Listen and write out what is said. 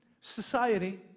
society